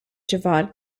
javad